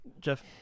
Jeff